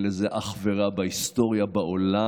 אין לזה אח ורע בהיסטוריה בעולם.